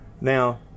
now